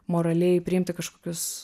moraliai priimti kažkokius